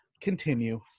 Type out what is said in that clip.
continue